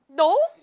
no